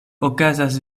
okazas